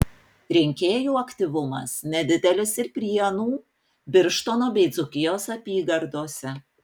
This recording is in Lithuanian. rinkėjų aktyvumas nedidelis ir prienų birštono bei dzūkijos apygardose